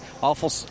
Awful